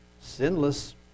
sinless